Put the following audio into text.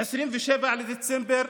27 בדצמבר,